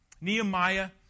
Nehemiah